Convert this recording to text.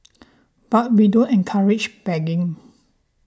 but we don't encourage begging